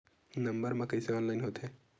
Number मा कइसे online होथे?